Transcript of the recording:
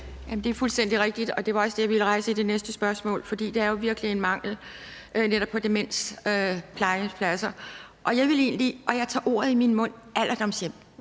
det er fuldstændig rigtigt, og det var også det, jeg ville rejse i det næste spørgsmål, for der er jo virkelig en mangel på netop demensplejehjemspladser og – jeg tager ordet i min mund – alderdomshjem.